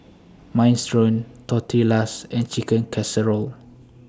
Minestrone Tortillas and Chicken Casserole